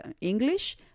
English